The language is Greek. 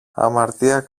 αμαρτία